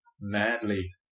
madly